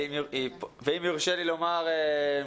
אם יורשה לי לומר,